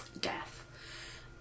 Death